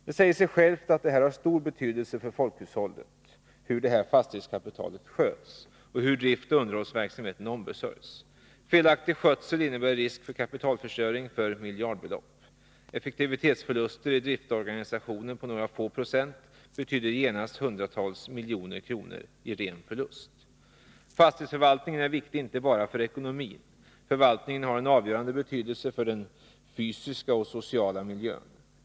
Det säger sig självt att det har stor betydelse för folkhushållet hur detta fastighetskapital sköts och hur driftsoch underhållsverksamheten ombesörjs. Felaktig skötsel innebär risk för kapitalförstöring för miljardbelopp. Effektivitetsförluster i driftorganisationen på några få procent betyder genast hundratals miljoner kronor i ren förlust. Fastighetsförvaltningen är viktig inte bara för ekonomin. Förvaltningen har en avgörande betydelse för den fysiska och sociala miljön.